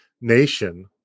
nation